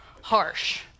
harsh